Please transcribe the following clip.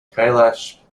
kailash